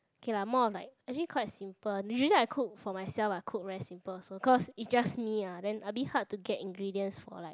okay lah more of like actually quite simple usually I cook for myself I cook very simple also cause it's just me ah then a bit hard to get ingredients for like